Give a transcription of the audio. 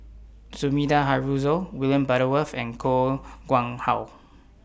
Sumida Haruzo William Butterworth and Koh Nguang How